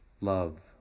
Love